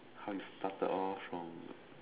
how you started off from